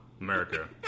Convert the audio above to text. America